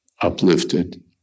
uplifted